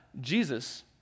Jesus